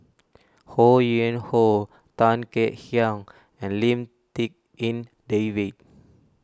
Ho Yuen Hoe Tan Kek Hiang and Lim Tik En David